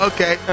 Okay